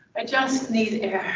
just need air.